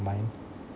mind